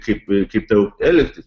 kaip kaip tau elgtis